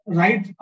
right